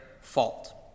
fault